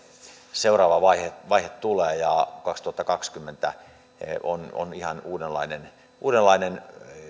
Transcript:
seuraava vaihe tulee ja vuonna kaksituhattakaksikymmentä on on ihan uudenlainen uudenlainen